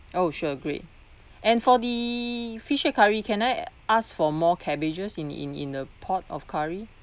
oh sure great and for the fish head curry can I ask for more cabbages in in in the pot of curry